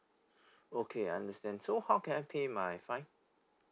okay I understand so how can I pay my fine